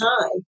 time